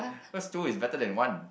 cause two is better than one